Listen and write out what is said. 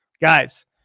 guys